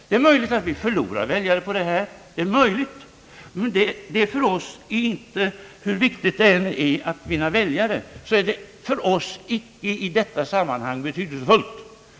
| Det är möjligt att vi förlorar väljare på detta, men hur viktigt det än är för oss att vinna väljare så är det för oss inte det betydelsefullaste i detta sammanhang.